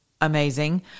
amazing